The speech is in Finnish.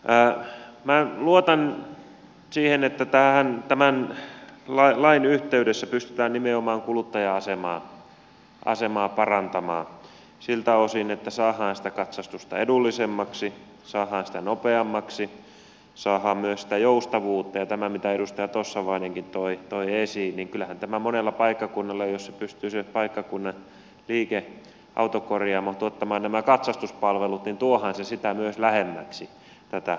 minä luotan siihen että tämän lain yhteydessä pystytään nimenomaan kuluttajan asemaa parantamaan siltä osin että saadaan sitä katsastusta edullisemmaksi saadaan sitä nopeammaksi saadaan myös sitä joustavuutta ja kuten edustaja tossavainenkin toi esiin niin kyllähän tämä monella paikkakunnalla jos se paikkakunnan liike autokorjaamo pystyy tuottamaan nämä katsastuspalvelut tuo myös lähemmäksi tätä palvelua